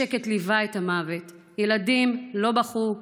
השקט ליווה את המוות, ילדים לא בכו,